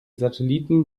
satelliten